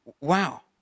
wow